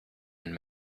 and